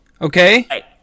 Okay